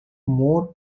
more